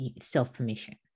self-permission